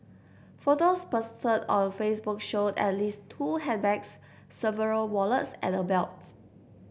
photos posted on Facebook showed at least two handbags several wallets and a belt